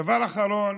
דבר אחרון,